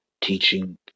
teaching